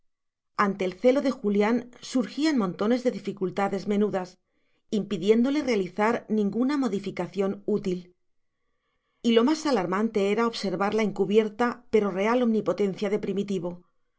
ante el celo de julián surgían montones de dificultades menudas impidiéndole realizar ninguna modificación útil y lo más alarmante era observar la encubierta pero real omnipotencia de primitivo